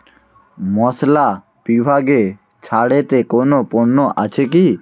মশলা বিভাগে ছাড়েতে কোনও পণ্য আছে কি